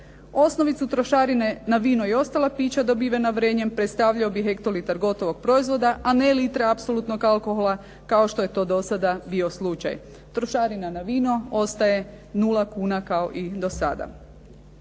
Osnovicu trošarine na vino i ostala pića dobivena vrenjem predstavljao bi hektolitar gotovog proizvoda, a ne litra apsolutnog alkohola kao što je to do sada bio slučaj. Trošarina na vino ostaje nula kuna kao i do sada.